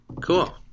Cool